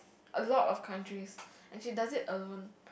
a lot of countries and she does it alone